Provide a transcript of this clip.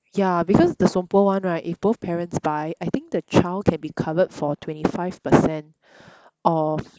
ya because the sompo one right if both parents buy I think the child can be covered for twenty five percent of